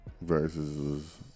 Versus